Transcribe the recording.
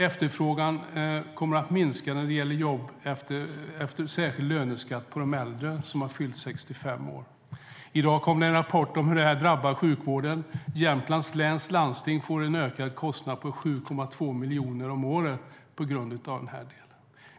Efterfrågan kommer att minska när det gäller jobb efter en särskild löneskatt på de äldre som har fyllt 65 år. I dag kom en rapport om hur detta drabbar sjukvården. Jämtlands läns landsting får en ökad kostnad på 7,2 miljoner om året på grund av detta.